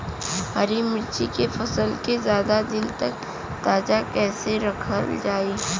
हरि मिर्च के फसल के ज्यादा दिन तक ताजा कइसे रखल जाई?